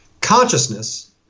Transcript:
Consciousness